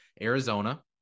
Arizona